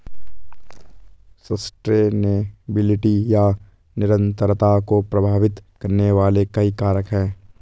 sustainability या निरंतरता को प्रभावित करने वाले कई कारक हैं